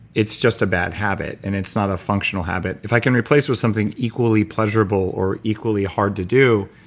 it's just a bad habit, and it's not a functional habit if i can replace it with something equally pleasurable or equally hard to do,